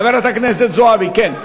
חברת הכנסת זועבי, כן.